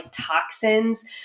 toxins